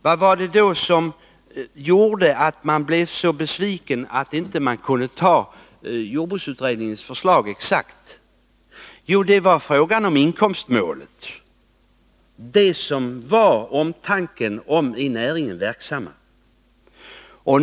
Vad var det då som gjorde att ni blev så besvikna att ni inte exakt kunde biträda jordbruksutredningens förslag? Jo, det var frågan om inkomstmålet — det som var omtanken om de i näringen verksamma.